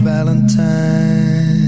Valentine